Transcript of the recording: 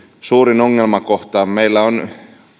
suurin ongelmakohta meillä on